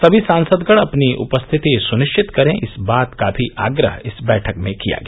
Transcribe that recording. सभी सांसदगण अपनी उपस्थिति सुनिश्चित करे इस बात का भी आग्रह इस बैठक में किया गया